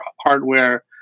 hardware